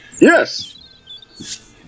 Yes